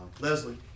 Leslie